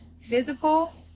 physical